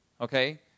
okay